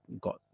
got